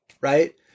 Right